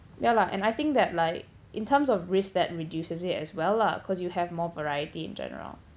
ya lah and I think that like in terms of risk that reduces it as well lah cause you have more variety in general